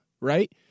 right